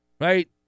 right